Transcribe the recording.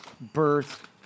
birth